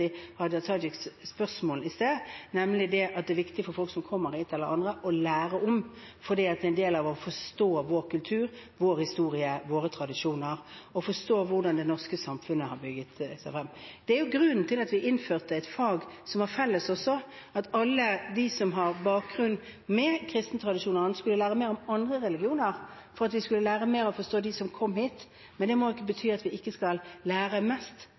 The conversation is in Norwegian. kommer hit, eller andre å lære om og forstå vår kultur, vår historie og våre tradisjoner – forstå hvordan det norske samfunnet er bygget opp. Det er også grunnen til at vi innførte et fag som er felles – for at alle de som har bakgrunn i kristen tradisjon og annet, skulle lære mer om andre religioner, slik at vi skulle lære mer om og forstå dem som kom hit. Men det må ikke bety at vi ikke skal lære mest